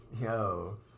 Yo